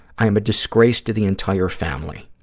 i am a disgrace to the entire family.